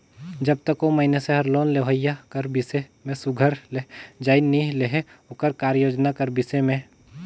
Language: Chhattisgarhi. जब तक ओ मइनसे हर लोन लेहोइया कर बिसे में सुग्घर ले जाएन नी लेहे ओकर कारयोजना कर बिसे में